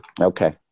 Okay